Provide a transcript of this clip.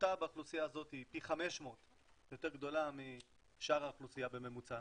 התמותה באוכלוסייה הזאת היא פי 500 יותר גדולה משאר האוכלוסייה בממוצע,